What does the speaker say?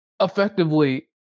effectively